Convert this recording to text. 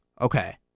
Okay